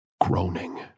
groaning